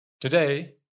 today